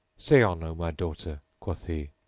say on, o my daughter, quoth he,